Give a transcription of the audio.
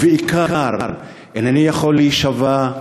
ובעיקר, אינני יכול להישבע,